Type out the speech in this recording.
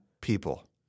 People